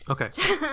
Okay